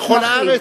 שניים בכל הארץ?